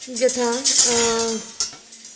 यथा